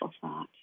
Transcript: thought